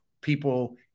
people